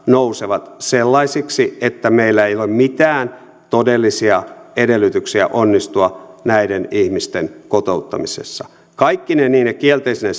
nousevat sellaisiksi että meillä ei ole mitään todellisia edellytyksiä onnistua näiden ihmisten kotouttamisessa kaikkine niine kielteisine